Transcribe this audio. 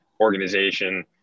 organization